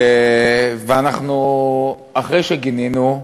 ואנחנו, אחרי שגינינו,